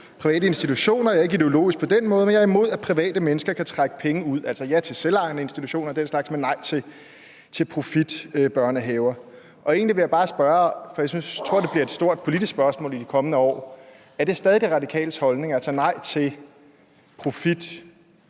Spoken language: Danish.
private institutioner. Jeg er ikke ideologisk på den måde. Men jeg er imod, at private mennesker kan trække penge ud ...«. Altså ja til selvejende institutioner og den slags, men nej til profitbørnehaver. Egentlig vil jeg bare spørge, for jeg tror, det bliver et stort politisk spørgsmål i de kommende år: Er det stadig De Radikales holdning, nemlig nej til profit i børnehaver